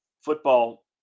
Football